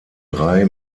drei